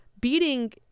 beating